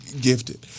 gifted